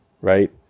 right